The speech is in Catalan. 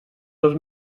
dos